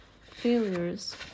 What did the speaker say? failures